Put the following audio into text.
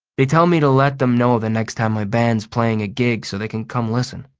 they tell me to let them know the next time my band's playing a gig so they can come listen.